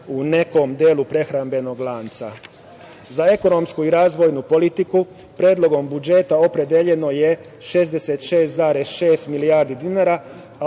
u nekom delu prehrambenog lanca.Za ekonomsku i razvojnu politiku Predlogom budžeta opredeljeno je 66,6 milijardi dinara,